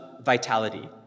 vitality